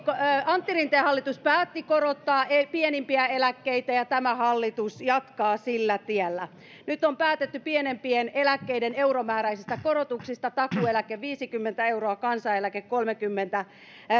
antti rinteen hallitus päätti korottaa pienimpiä eläkkeitä ja tämä hallitus jatkaa sillä tiellä nyt on päätetty pienimpien eläkkeiden euromääräisistä korotuksista takuueläke viisikymmentä euroa kansaneläke kolmekymmentäneljä